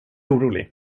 orolig